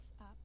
up